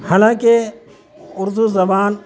حالانکہ اردو زبان